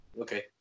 Okay